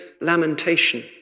lamentation